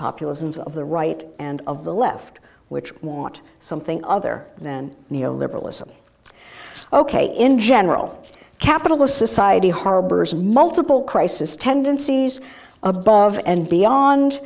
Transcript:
the right and of the left which want something other than neo liberalism ok in general capitalist society harbors multiple crisis tendencies above and beyond